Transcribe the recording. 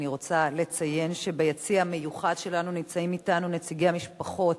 אני רוצה לציין שביציע המיוחד שלנו נמצאים אתנו נציגי המשפחות